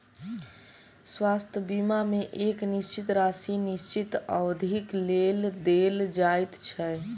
स्वास्थ्य बीमा मे एक निश्चित राशि निश्चित अवधिक लेल देल जाइत छै